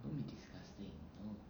don't be disgusting no